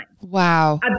Wow